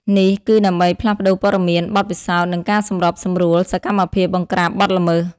នេះគឺដើម្បីផ្លាស់ប្តូរព័ត៌មាន បទពិសោធន៍ និងការសម្របសម្រួលសកម្មភាពបង្ក្រាបបទល្មើស។